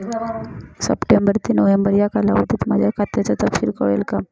September ते November या कालावधीतील माझ्या खात्याचा तपशील कळेल का?